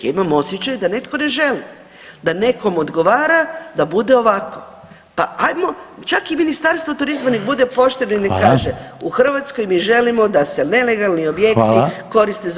Ja imam osjećaj da netko ne želi, da nekom odgovara da bude ovako, čak i Ministarstvo turizma nek bude pošteno i kaže [[Upadica Reiner: Hvala.]] u Hrvatskoj mi želimo da se nelegalni objekti koriste za